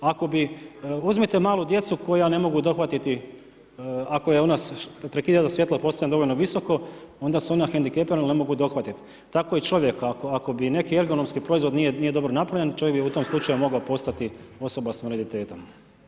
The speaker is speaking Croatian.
Uzmite malu djecu koja ne mogu dohvatiti ako je onaj prekidač za svjetlo postavljen dovoljno visoko onda su ona hendikepirana jel ne mogu dohvatiti, tako i čovjek ako bi neki ergonomski proizvod nije dobro napravljen čovjek bi u tom slučaju mogao postati osoba s invaliditetom.